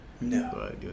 No